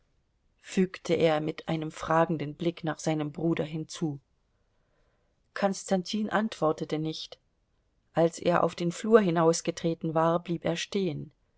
fügte er mit einem fragenden blick nach seinem bruder hinzu konstantin antwortete nicht als er auf den flur hinausgetreten war blieb er stehen